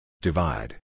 Divide